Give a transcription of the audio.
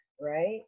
right